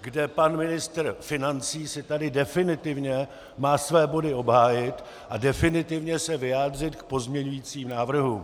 kde pan ministr financí si tady definitivně má své body obhájit a definitivně se vyjádřit k pozměňujícím návrhům.